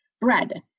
Bread